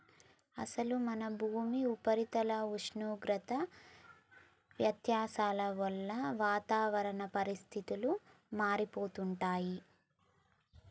అసలు మన భూమి ఉపరితల ఉష్ణోగ్రత వ్యత్యాసాల వల్ల వాతావరణ పరిస్థితులు మారిపోతుంటాయి